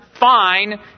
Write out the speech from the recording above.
fine